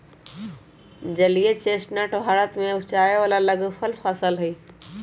जलीय चेस्टनट भारत में उपजावे वाला लघुफल फसल हई